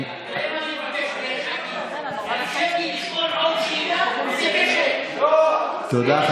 מבקש לשאול עוד שאלה, תודה.